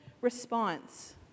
response